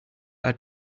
are